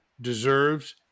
deserves